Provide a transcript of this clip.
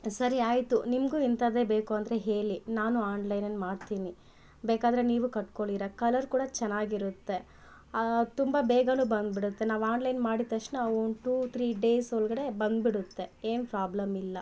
ಸರಿ ಆಯ್ತು ನಿಮಗೂ ಇಂಥದ್ದೇ ಬೇಕು ಅಂದರೆ ಹೇಳಿ ನಾನು ಆನ್ಲೈನಲ್ಲಿ ಮಾಡ್ತೀನಿ ಬೇಕಾದ್ರೆ ನೀವು ಕಟ್ಕೊಳ್ಳಿ ಇರ ಕಲರ್ ಕೂಡ ಚೆನ್ನಾಗಿರುತ್ತೆ ತುಂಬ ಬೇಗನು ಬಂದ್ಬಿಡುತ್ತೆ ನಾವು ಆನ್ಲೈನ್ ಮಾಡಿದ ತಕ್ಷಣ ಒನ್ ಟು ತ್ರೀ ಡೇಸ್ ಒಳ್ಗಡೆ ಬಂದ್ಬಿಡುತ್ತೆ ಏನೂ ಪ್ರಾಬ್ಲಮ್ ಇಲ್ಲ